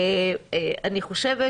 אני חושבת